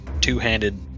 two-handed